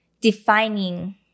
defining